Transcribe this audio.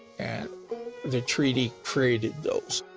and the treaty created those.